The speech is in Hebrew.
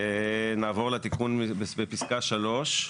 נעבור לתיקון בפסקה 3,